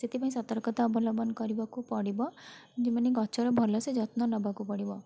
ସେଥିପାଇଁ ସତର୍କତା ଅବଲମ୍ବନ କରିବାକୁ ପଡ଼ିବ ଯେଉଁମାନେ ଗଛର ଭଲ ସେ ଯତ୍ନ ନବାକୁ ପଡ଼ିବ